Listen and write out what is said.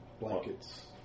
Blankets